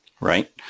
Right